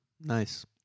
Nice